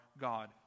God